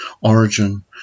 origin